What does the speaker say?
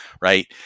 Right